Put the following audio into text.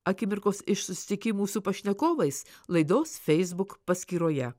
akimirkos iš susitikimų su pašnekovais laidos facebook paskyroje